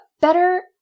better